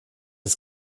ist